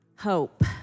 Hope